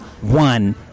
one